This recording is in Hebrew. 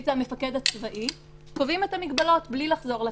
זה המפקד הצבאי קובעות את המגבלות בלי לחזור לכנסת.